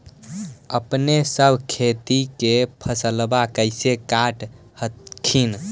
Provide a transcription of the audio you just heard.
अपने सब खेती के फसलबा कैसे काट हखिन?